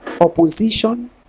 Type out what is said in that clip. opposition